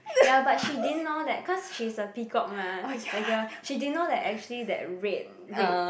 ya but she didn't know that cause she's a peacock mah that girl she didn't know that actually that red red